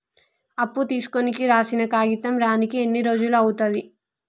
అప్పు తీసుకోనికి రాసిన కాగితం రానీకి ఎన్ని రోజులు అవుతది?